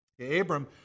Abram